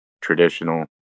traditional